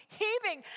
heaving